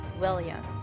Williams